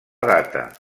data